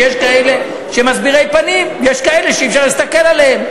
שיש כאלה שהם מסבירי פנים ושיש כאלה שאי-אפשר להסתכל עליהם?